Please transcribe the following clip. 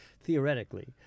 Theoretically